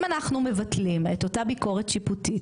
אם אנחנו מבטלים את אותה ביקורת שיפוטית,